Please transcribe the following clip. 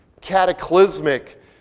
cataclysmic